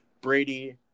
Brady